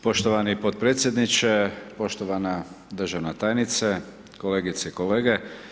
Poštovani potpredsjedniče, poštovana državna tajnice, kolegice i kolege.